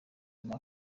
nyuma